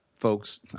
folks